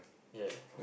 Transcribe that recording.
ya